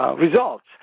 Results